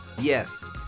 Yes